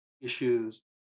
issues